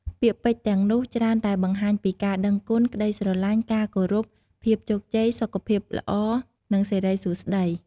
ពាក្យពេចន៍ទាំងនោះច្រើនតែបង្ហាញពី ការដឹងគុណ ក្តីស្រឡាញ់ ការគោរព ភាពជោគជ័យ សុខភាពល្អ និងសិរីសួស្តី។